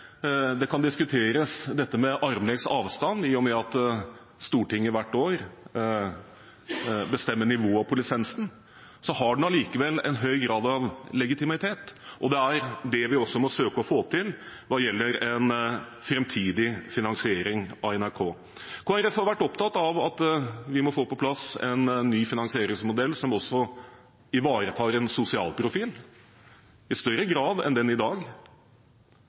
Stortinget hvert år bestemmer nivået på lisensen, har den likevel en høy grad av legitimitet. Det er det vi også må søke å få til hva gjelder en framtidig finansiering av NRK. Kristelig Folkeparti har vært opptatt av at vi må få på plass en ny finansieringsmodell som også ivaretar en sosial profil i større grad enn i dag.